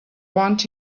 want